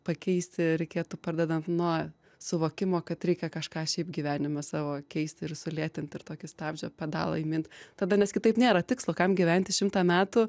pakeisti reikėtų pradedant nuo suvokimo kad reikia kažką šiaip gyvenime savo keisti ir sulėtint ir tokį stabdžio pedalą įmint tada nes kitaip nėra tikslo kam gyventi šimtą metų